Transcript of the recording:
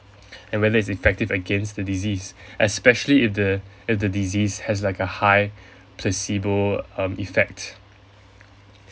and whether it's effective against the disease especially if the if the disease has like a high placebo um effect